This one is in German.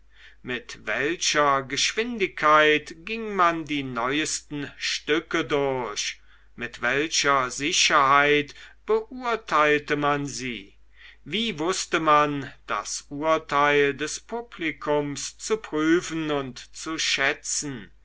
mit welcher geschwindigkeit ging man die neuesten stücke durch mit welcher sicherheit beurteilte man sie wie wußte man das urteil des publikums zu prüfen und zu schätzen